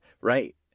Right